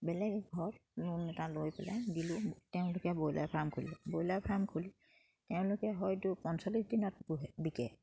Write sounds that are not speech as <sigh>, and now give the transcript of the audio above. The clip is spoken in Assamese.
বেলেগ এঘৰত <unintelligible> লৈ পেলাই <unintelligible> তেওঁলোকে ব্ৰইলাৰ ফাৰ্ম খুলিলে ব্ৰইলাৰ ফাৰ্ম খুলি তেওঁলোকে হয়তো পঞ্চল্লিছ দিনত পোহে বিকে